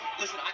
Listen